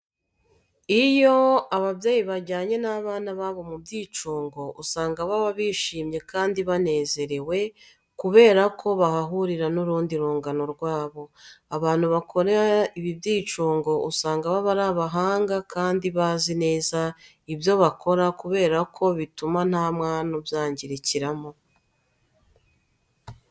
Iyo ababyeyi bajyanye n'abana babo mu byicungo usanga baba bishimwe kandi banezerewe kubera ko bahahurira n'urundi rungano rwabo. Abantu bakora ibi byicungo usanga baba ari abahanga kandi bazi neza ibyo bakora kubera ko bituma nta mwana ubyangirikiramo.